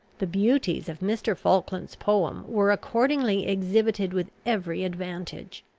the beauties of mr. falkland's poem were accordingly exhibited with every advantage.